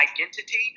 identity